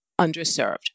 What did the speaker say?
underserved